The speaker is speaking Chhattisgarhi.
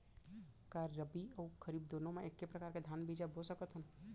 का रबि अऊ खरीफ दूनो मा एक्के प्रकार के धान बीजा बो सकत हन?